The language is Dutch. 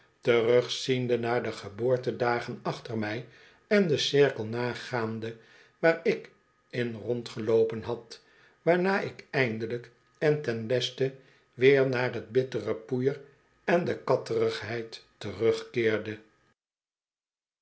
terugziende naar de geboortedagen achter mij en den cirkel nagaande waar ik in rondgeloopen had waarna ik eindelijk en ten leste weer naar t bittere poeier en de katterigheid terugkeerde